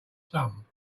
some